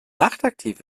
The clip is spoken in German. nachtaktiv